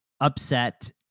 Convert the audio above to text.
upset